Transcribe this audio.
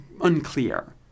unclear